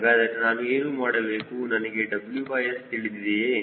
ಹಾಗಾದರೆ ನಾನು ಏನು ಮಾಡಬೇಕು ನನಗೆ WS ತಿಳಿದಿದೆಯೇ